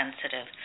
sensitive